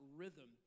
rhythm